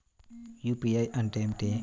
UPI అంటే ఏమిటి?